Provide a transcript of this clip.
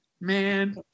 man